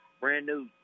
brand-new